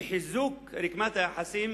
בחיזוק רקמת היחסים